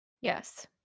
Yes